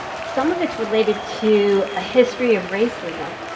some of it's related to a history of racism.